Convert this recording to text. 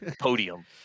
podium